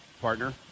Partner